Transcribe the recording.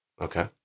Okay